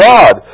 God